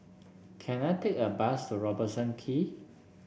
can I take a bus to Robertson Quay